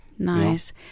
Nice